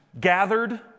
gathered